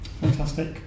Fantastic